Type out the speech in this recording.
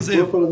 קודם כל אני